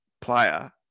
player